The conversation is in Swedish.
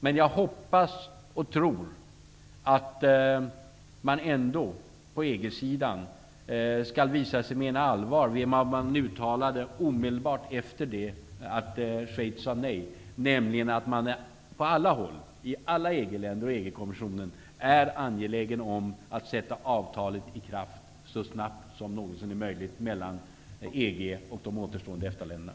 Men jag hoppas och tror att man på EG-sidan ändå skall visa sig mena allvar med vad som uttalades omedelbart efter Schweiz nej -- nämligen att man på alla håll, i alla EG-länder och i EG-kommissionen, är angelägen om att sätta avtalet i kraft så snabbt som det någonsin är möjligt beträffande EG och de återstående EFTA